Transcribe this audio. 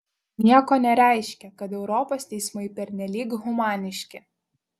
nieko nereiškia kad europos teismai pernelyg humaniški